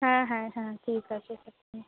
হ্যাঁ হ্যাঁ হ্যাঁ ঠিক আছে হুম